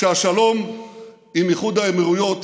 שהשלום עם איחוד האמירויות